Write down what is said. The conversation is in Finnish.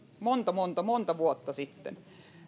monta monta monta vuotta sitten